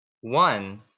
One